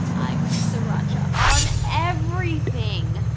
i put sriracha on everything.